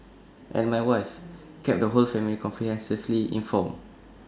and my wife kept the whole family comprehensively informed